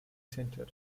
centre